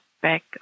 back